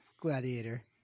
Gladiator